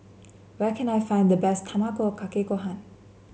where can I find the best Tamago Kake Gohan